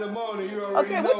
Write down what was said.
Okay